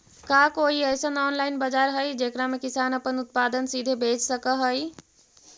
का कोई अइसन ऑनलाइन बाजार हई जेकरा में किसान अपन उत्पादन सीधे बेच सक हई?